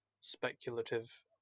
speculative